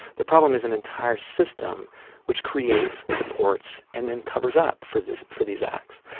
the problem is an entire system which creates, supports and then covers up for this for these acts.